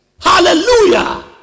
Hallelujah